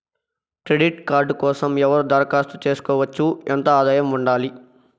Credit card కోసం ఎవరు దరఖాస్తు చేసుకోవచ్చు? ఎంత ఆదాయం ఉండాలి?